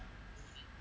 haven't